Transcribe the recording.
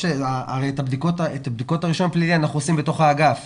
את בדיקות הרישום הפלילי אנחנו עושים בתוך האגף